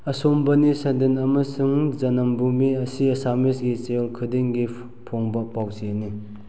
ꯑꯁꯣꯝ ꯕꯅꯤ ꯁꯗꯤꯟ ꯑꯃꯁꯨꯡ ꯖꯅꯝꯚꯨꯃꯤ ꯑꯁꯤ ꯑꯁꯥꯃꯤꯁꯒꯤ ꯆꯌꯣꯜ ꯈꯨꯗꯤꯡꯒꯤ ꯐꯣꯡꯕ ꯄꯥꯎꯆꯦꯅꯤ